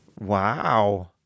Wow